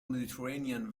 mediterranean